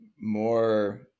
more